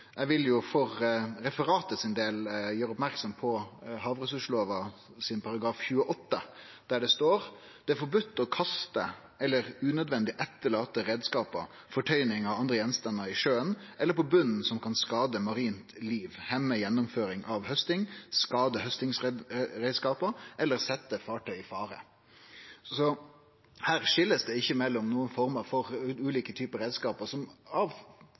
eg vil jo for referatet sin del gjere merksam på § 28 i havressurslova, der det står: «Det er forbode å kaste, eller unødvendig etterlate reiskapar, fortøyingar og andre gjenstandar i sjøen eller på botnen som kan skade marint liv, hemme gjennomføring av hausting, skade haustingsreiskapar eller setje fartøy i fare.» Her blir det ikkje skilt mellom nokon former for ulike typar reiskapar som av